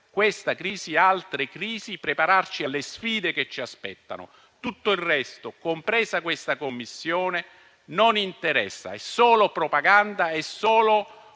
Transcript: questa e altre crisi e prepararci alle sfide che ci aspettano. Tutto il resto, compresa questa Commissione, non interessa; è solo propaganda, è solo